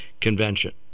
convention